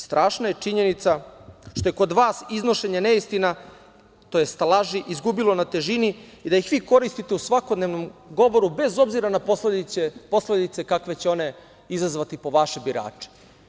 Strašna je činjenica što je kod vas iznošenje neistina, tj. laži, izgubilo na težini i da ih vi koristite u svakodnevnom govoru, bez obzira na posledice kakve će one izazvati po vaše birače.